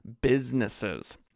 businesses